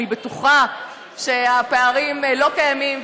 אני בטוחה שפערים לא קיימים,